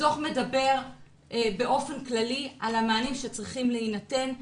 הדוח מדבר באופן כללי על המענים שצריכים להינתן,